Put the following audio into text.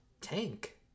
Tank